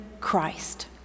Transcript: Christ